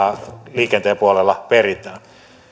liikenteen puolella peritään